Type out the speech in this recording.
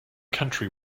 country